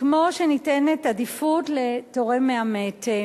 כמו שניתנת עדיפות לתורם מהמת.